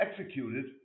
executed